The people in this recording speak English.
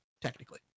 Technically